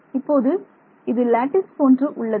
இப்போது இது லேட்டிஸ் போன்று உள்ளது